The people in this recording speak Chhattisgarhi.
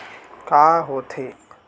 का होथे?